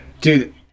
Dude